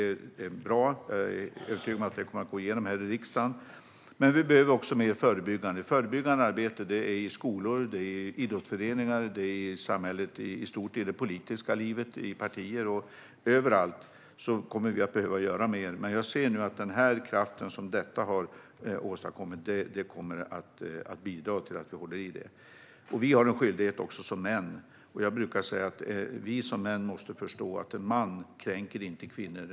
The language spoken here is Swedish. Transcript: Det är bra. Jag är övertygad om att det kommer att gå igenom här i riksdagen. Men vi behöver också mer förebyggande arbete. Det förebyggande arbetet sker i skolor, i idrottsföreningar, i samhället i stort, i det politiska livet, i partier - överallt. Överallt kommer vi att behöva göra mer. Men jag ser nu att den kraft som detta har åstadkommit kommer att bidra till att vi håller i detta. Vi har också en skyldighet som män. Jag brukar säga att vi som män måste förstå att en man inte kränker kvinnor.